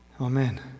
Amen